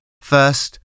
first